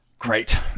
Great